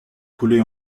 coulé